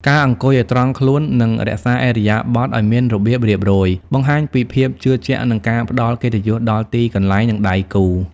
ការអង្គុយឱ្យត្រង់ខ្លួន និងរក្សាឥរិយាបថឱ្យមានរបៀបរៀបរយ បង្ហាញពីភាពជឿជាក់ និងការផ្ដល់កិត្តិយសដល់ទីកន្លែង និងដៃគូ។